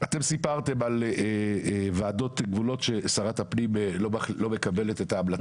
סיפרתם על ועדות גבולות ששרת הפנים לא מקבלת את ההמלצות.